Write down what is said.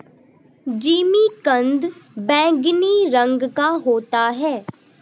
जिमीकंद बैंगनी रंग का होता है